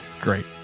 Great